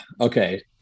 okay